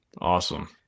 awesome